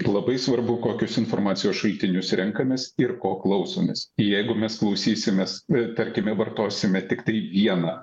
labai svarbu kokius informacijos šaltinius renkamės ir ko klausomės jeigu mes klausysimės tarkime vartosime tiktai vieną